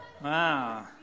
Wow